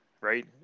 right